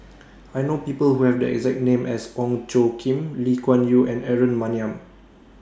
I know People Who Have The exact name as Ong Tjoe Kim Lee Kuan Yew and Aaron Maniam